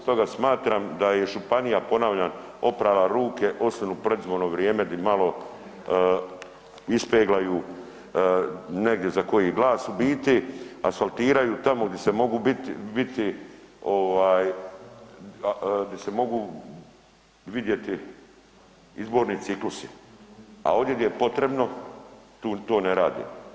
Stoga smatram da je županija, ponavljam, oprala ruke osim u predizborno vrijeme di malo ispeglaju negdje za koji glas u biti, asfaltiraju tamo gdi se mogu biti, biti, ovaj, di se mogu vidjeti izborni ciklusi, a ovdje gdje je potrebno to ne rade.